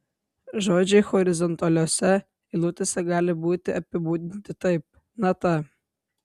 žodžiai horizontaliose eilutėse gali būti apibūdinti taip nata